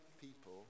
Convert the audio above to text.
people